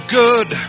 good